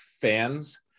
fans